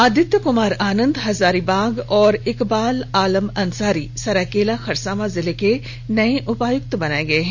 आदित्य कुमार आनंद हजारीबाग और इकबाल आलम अंसारी सरायकेला खरसावां जिले के नए उपायुक्त बनाए गए हैं